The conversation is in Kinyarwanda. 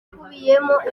ikubiyemo